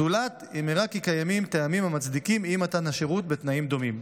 זולת אם הראה כי קיימים טעמים המצדיקים אי-מתן שירות בתנאים דומים.